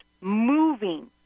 moving